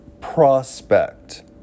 prospect